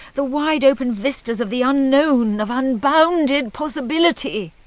the wide open vistas of the unknown, of unbounded possibility